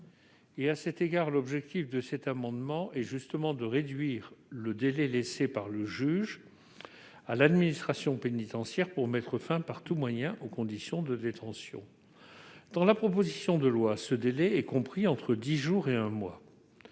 raccourcis. L'objet de cet amendement est justement de réduire le délai laissé par le juge à l'administration pénitentiaire pour mettre fin, par tout moyen, à ces conditions de détention. Dans la proposition de loi, le délai entre le moment où le juge reçoit